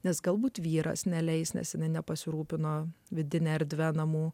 nes galbūt vyras neleis nes jinai nepasirūpino vidine erdve namų